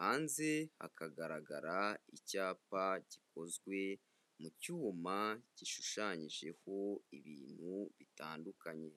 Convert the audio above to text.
hanze hakagaragara icyapa gikozwe mu cyuma, gishushanyijeho ibintu bitandukanye.